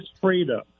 freedom